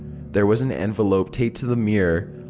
there was an envelope taped to the mirror.